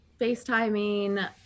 FaceTiming